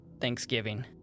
Thanksgiving